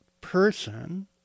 person